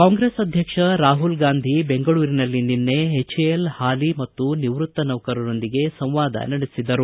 ಕಾಂಗ್ರೆಸ್ ಅಧ್ಯಕ್ಷ ರಾಹುಲ್ ಗಾಂಧಿ ಬೆಂಗಳೂರಿನಲ್ಲಿ ನಿನ್ನೆ ಎಚ್ಎಎಲ್ ಹಾಲಿ ಮತ್ತು ನಿವೃತ್ತ ನೌಕರರೊಂದಿಗೆ ಸಂವಾದ ನಡೆಸಿದರು